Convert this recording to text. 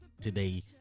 today